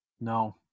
No